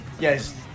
yes